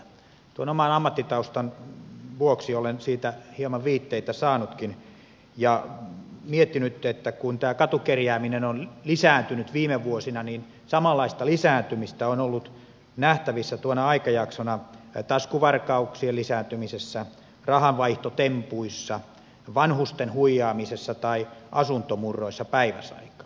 tuon oman ammattitaustani vuoksi olen siitä hieman viitteitä saanutkin ja miettinyt että kun tämä katukerjääminen on lisääntynyt viime vuosina niin samanlaista lisääntymistä on ollut nähtävissä tuona aikajaksona taskuvarkauksien lisääntymisessä rahanvaihtotempuissa vanhusten huijaamisessa tai asuntomurroissa päiväsaikaan